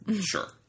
Sure